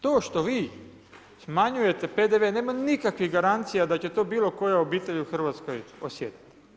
Drugo, to što vi smanjujete PDV nema nikakvih garancija da će to bilo koja obitelj u Hrvatskoj osjetit.